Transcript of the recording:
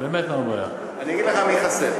אני אגיד לך מי חסר.